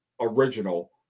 original